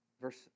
Verse